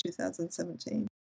2017